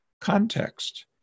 context